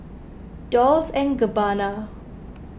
Dolce and Gabbana